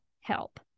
help